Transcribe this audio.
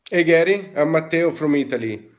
hey gary. i'm matteo from italy.